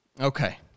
Okay